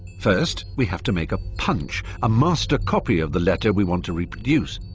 first, we have to make a punch, a master copy of the letter we want to reproduce.